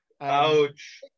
ouch